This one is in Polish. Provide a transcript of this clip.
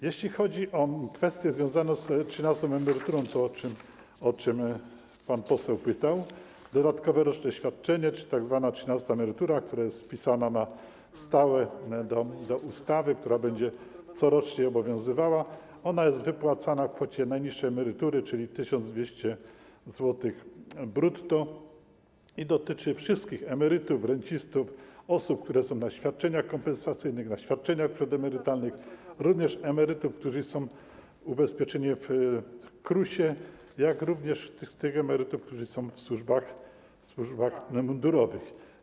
Jeśli chodzi o kwestię związaną z trzynastą emeryturą, to, o co pan poseł pytał, dodatkowe roczne świadczenie, czyli tzw. trzynastą emeryturę, która jest wpisana na stałe do ustawy, która będzie corocznie obowiązywała, to ona jest wypłacana w kwocie najniższej emerytury, czyli 1200 zł brutto, i dotyczy wszystkich emerytów, rencistów, osób, które są na świadczeniach kompensacyjnych, na świadczeniach przedemerytalnych, także emerytów, którzy są ubezpieczeni w KRUS-ie, jak również tych emerytów, którzy są w służbach mundurowych.